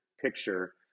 picture